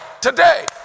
today